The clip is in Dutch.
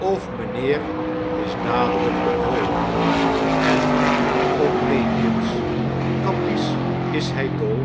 of mijnheer is dadelijk op hol en op neepjens kappies is hy dol